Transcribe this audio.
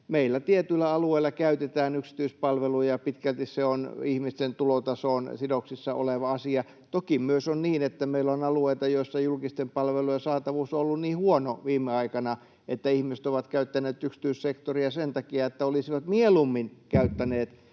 meillä tietyillä alueilla käytetään yksityispalveluja. Pitkälti se on ihmisten tulotasoon sidoksissa oleva asia. Toki myös on niin, että meillä on alueita, joissa julkisten palvelujen saatavuus on ollut niin huono viime aikoina, että ihmiset ovat käyttäneet yksityissektoria sen takia, mutta olisivat mieluummin käyttäneet